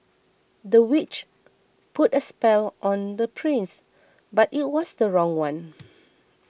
the witch put a spell on the prince but it was the wrong one